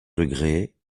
degrés